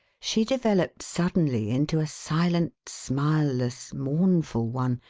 she developed suddenly into a silent, smileless, mournful one,